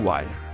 Wire